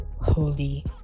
holy